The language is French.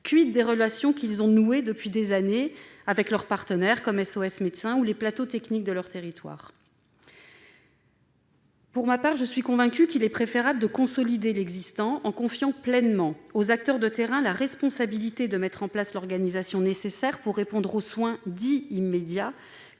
? des relations qu'ils ont nouées depuis des années avec leurs partenaires, comme SOS Médecins ou les plateaux techniques de leur territoire ? Pour ma part, je suis convaincue qu'il est préférable de consolider l'existant, en confiant pleinement aux acteurs de terrain la responsabilité de mettre en place l'organisation nécessaire pour répondre aux soins dits immédiats,